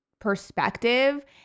perspective